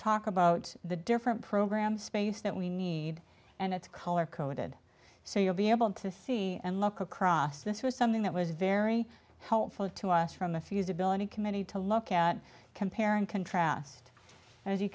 talk about the different programs space that we need and it's color coded so you'll be able to see and look across this was something that was very helpful to us from a few usability committee to look at compare and contrast as you